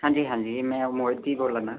हांजी हांजी में मोहित ही बोल्ला ना